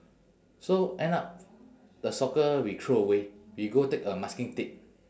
so end up the soccer we throw away we go take a masking tape